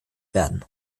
werden